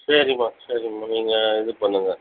சரிம்மா சரிம்மா நீங்கள் இது பண்ணுங்கள்